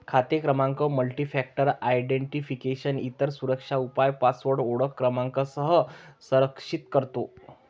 खाते क्रमांक multifactor identification, इतर सुरक्षा उपाय पासवर्ड ओळख क्रमांकासह संरक्षित करतो